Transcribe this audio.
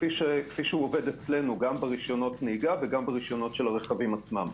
כפי שעובד אצלנו גם ברשיונות נהיגה וגם ברשיונות של הרכבים עצמם.